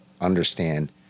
understand